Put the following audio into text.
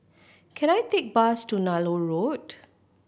can I take bus to Nallur Road